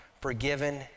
forgiven